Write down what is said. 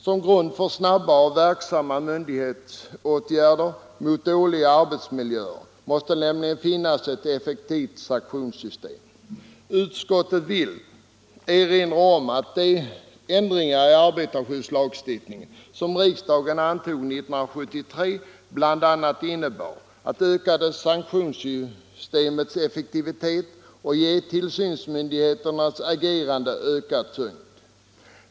Som grund för snabba och verksamma myndighetsåtgärder mot dåliga arbetsmiljöer måste nämligen finnas ett effektivt sanktionssystem. Utskottet vill erinra om att de ändringar i arbetarskyddslagstiftningen som riksdagen antog 1973 bl.a. innebar att sanktionssystemets effektivitet ökade och att tillsynsmyndigheternas agerande fick en ökad tyngd.